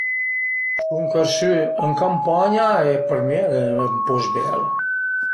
Sun chersù ën campagna e për mi al e ën post bel